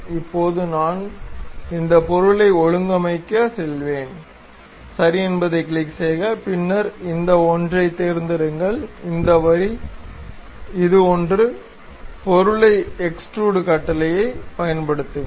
இப்போது நான் இந்த பொருளை ஒழுங்கமைக்க செல்வேன் சரி என்பதைக் கிளிக் செய்க பின்னர் இந்த ஒன்றைத் தேர்ந்தெடுங்கள் இந்த வரி இது ஒன்று பொருளை எக்ஸ்டுரூட் கட்டளையை பயன்படுத்துங்கள்